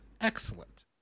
excellent